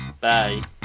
Bye